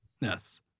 Yes